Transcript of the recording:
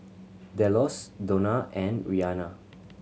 Delos Donna and Rianna